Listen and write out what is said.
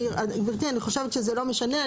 גברתי, אני חושבת שזה לא משנה.